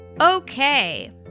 Okay